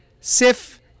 Sif